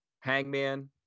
Hangman